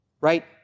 right